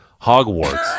Hogwarts